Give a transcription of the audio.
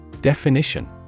Definition